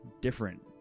different